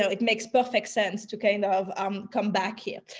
so it makes perfect sense to kind of um come back here.